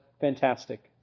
fantastic